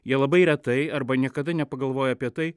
jie labai retai arba niekada nepagalvoja apie tai